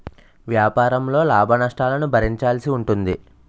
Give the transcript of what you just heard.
వ్యాపారంలో లాభనష్టాలను భరించాల్సి ఉంటుంది